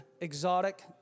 exotic